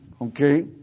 Okay